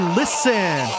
listen